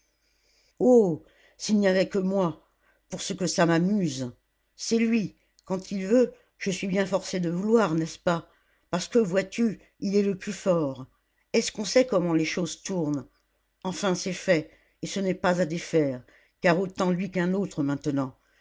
s'il n'y avait que moi pour ce que ça m'amuse c'est lui quand il veut je suis bien forcée de vouloir n'est-ce pas parce que vois-tu il est le plus fort est-ce qu'on sait comment les choses tournent enfin c'est fait et ce n'est pas à défaire car autant lui qu'un autre maintenant